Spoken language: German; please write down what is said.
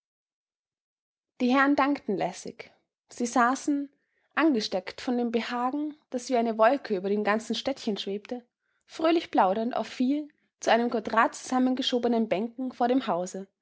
die herren dankten lässig sie saßen angesteckt von dem behagen das wie eine wolke über dem ganzen städtchen schwebte fröhlich plaudernd auf vier zu einem quadrat zusammen geschobenen bänken vor dem hause